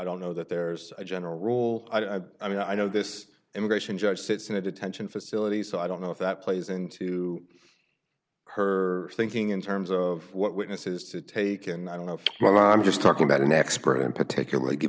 don't know that there's a general rule i mean i know this immigration judge sits in a detention facility so i don't know if that plays into her thinking in terms of what witnesses to take and i don't know what i'm just talking about an expert in particularly g